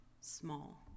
Small